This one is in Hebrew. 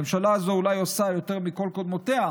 הממשלה הזאת אולי עושה יותר מכל קודמותיה,